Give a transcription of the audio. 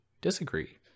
disagree